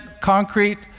concrete